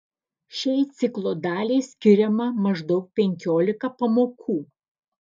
šiai ciklo daliai skiriama maždaug penkiolika pamokų